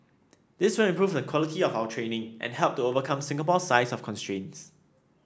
this will improve the quality of our training and help to overcome Singapore's size constraints